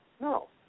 No